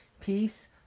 Peace